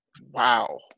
Wow